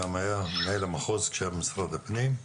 גם היה מנהל המחוז כשהיה במשרד הפנים.